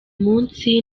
munsi